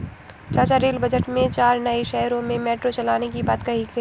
चाचा rail budget में चार नए शहरों में मेट्रो चलाने की बात कही गई थी